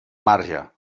marge